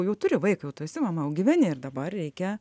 jau turi vaiką jau tu esi mama jau gyveni ir dabar reikia